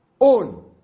own